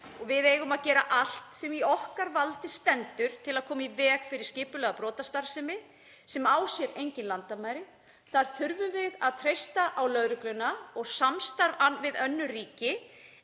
Við eigum að gera allt sem í okkar valdi stendur til að koma í veg fyrir skipulagða brotastarfsemi sem á sér engin landamæri. Þar þurfum við að treysta á lögregluna og samstarf við önnur ríki.